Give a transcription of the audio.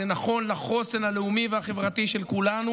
זה נכון לחוסן הלאומי והחברתי של כולנו.